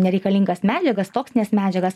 nereikalingas medžiagas toksines medžiagas